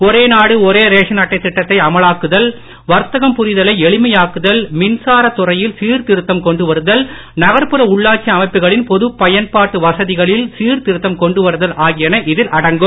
ஒரே நாடு ஒரே ரேஷன் அட்டை திட்டத்தை அமலாக்குதல் வர்த்தகம் புரிதலை எளிமையாக்குதல் மின்சாரத் துறையில் சீர்திருத்தம் கொண்டுவருதல் நகர்ப்புற உள்ளாட்சி அமைப்புகளின் பொதுப் பயன்பாட்டு வசதிகளில் சீர்திருத்தம் கொண்டுவருதல் ஆகியன இதில் அடங்கும்